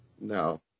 No